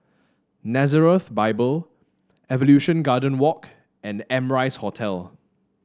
Nazareth Bible Evolution Garden Walk and Amrise Hotel